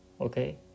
okay